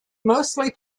mostly